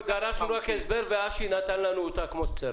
אנחנו דרשנו הסבר, ואשי נתן לנו אותו כמו שצריך.